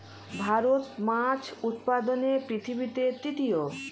ভারত মাছ উৎপাদনে পৃথিবীতে তৃতীয়